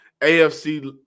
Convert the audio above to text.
AFC